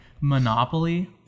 Monopoly